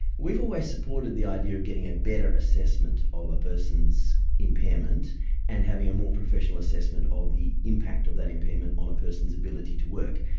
we've always supported the idea of getting a better assessment of a person's impairment and having a more professional assessment of the impact of that impairment on a person's ability to work.